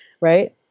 Right